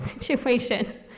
situation